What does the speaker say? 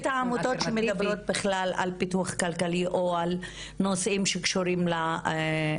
את העמותות שמדברות בכלל על פיתוח כלכלי או על נושאים שקשורים לפיתוח.